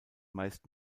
meist